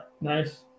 nice